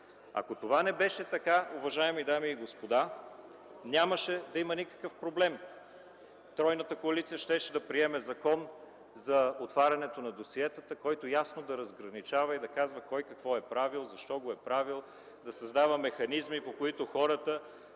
Ако това не беше така, уважаеми дами и господа, нямаше да има никакъв проблем. Тройната коалиция щеше да приеме закон за отварянето на досиетата, който ясно да разграничава и да казва кой какво е правил, защо го е правил; да създава механизми, по които хората